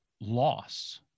loss